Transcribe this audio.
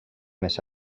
mes